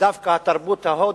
ודווקא התרבות ההודית,